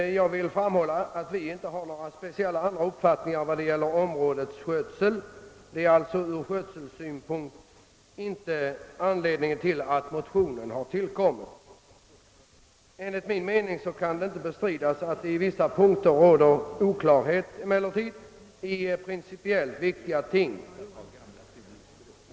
Jag vill framhålla att vi inte har någon annan uppfattning beträffande områdets skötsel än utskottsmajoriteten. Skötselfrågan är alltså inte anledning till att motionen tillkom. Enligt min mening kan det inte bestridas att det i vissa punkter råder oklarhet i principiellt viktiga ting.